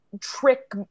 trick